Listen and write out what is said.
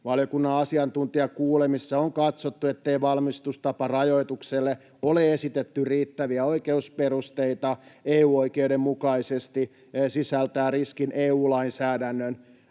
Valiokunnan asiantuntijakuulemisessa on katsottu, ettei valmistustaparajoitukselle ole esitetty riittäviä oikeusperusteita EU-oikeuden mukaisesti ja se sisältää riskin EU-lainsäädännön